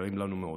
יקרים לנו מאוד,